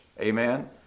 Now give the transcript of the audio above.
amen